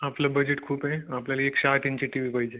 आपलं बजेट खूप आहे आपल्याला एकशे आठ इंची टी वी पाहिजे